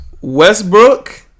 Westbrook